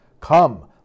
Come